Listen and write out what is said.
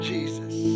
Jesus